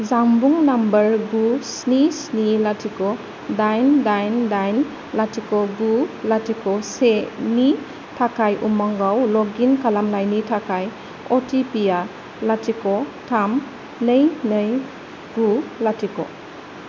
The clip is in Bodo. जानबुं नाम्बार गु स्नि स्नि लाथिख' दाइन दाइन दाइन लाथिख' गु लाथिख' से नि थाखाय उमांगआव लग इन खालामनायनि थाखाय अ टि पि आ लाथिख' थाम नै नै गु लाथिख'